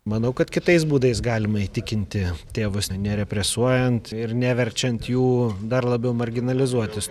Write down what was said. manau kad kitais būdais galima įtikinti tėvus nerepresuojant ir neverčiant jų dar labiau marginalizuotis